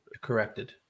corrected